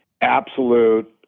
absolute